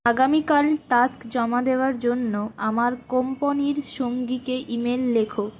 আগামীকাল টাস্ক জমা দেওয়ার জন্য আমার কোম্পানির সঙ্গীকে ইমেল লেখ